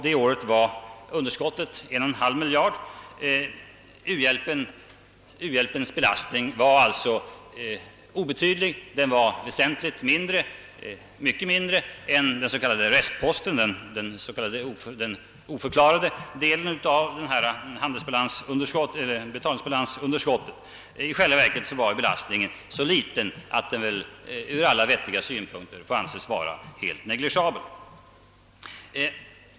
Det året var underskottet 1,5 miljard. U-hjälpens belastning var alltså obetydlig — den var mycket mindre än den så kallade restposten, den »oförklarade» delen av betalningsbalansunderskottet. I själva verket var belastningen så liten att den ur alla vettiga synpunkter får anses vara helt negligeabel.